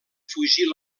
fugir